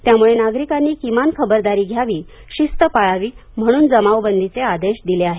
त्यामुळे नागरिकांनी किमान खबरदारी घ्यावी शिस्त पाळावी म्हणून जमावबंदीचे आदेश दिले आहेत